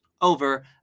over